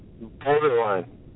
Borderline